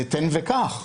לתן וקח.